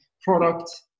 product